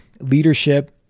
leadership